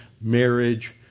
marriage